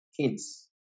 kids